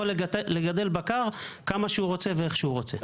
יכול לגדל כמה בקר שהוא רוצה ואיך שהוא רוצה.